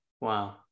Wow